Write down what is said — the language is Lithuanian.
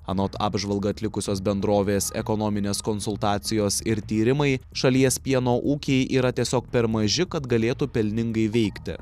anot apžvalgą atlikusios bendrovės ekonominės konsultacijos ir tyrimai šalies pieno ūkiai yra tiesiog per maži kad galėtų pelningai veikti